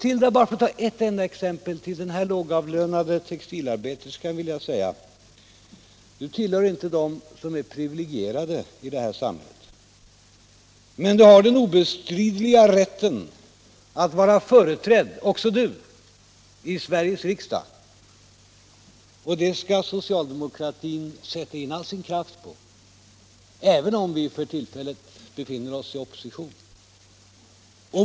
Till den lågavlönade textilarbeterskan — för att ta ett enda exempel bland många — vill jag säga: Du tillhör inte dem som är privilegierade i det här samhället, men också du har den obestridliga rätten att vara företrädd i Sveriges riksdag, och det skall socialdemokratin sätta in all sin kraft på, även om vi för tillfället befinner oss i opposition.